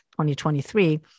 2023